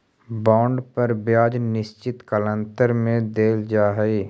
bond पर ब्याज निश्चित कालांतर में देल जा हई